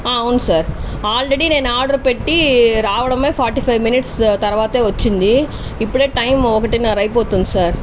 అవును sir already నేను order పెట్టి రావడమే ఫార్టీ ఫైవ్ మినిట్స్ తర్వాతే వచ్చింది ఇప్పుడే టైం ఒకటిన్నర అయిపోతుంది సార్